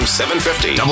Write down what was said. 750